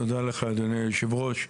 תודה לך אדוני יושב הראש.